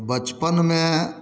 बचपन मे